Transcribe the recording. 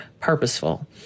purposeful